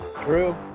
True